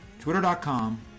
twitter.com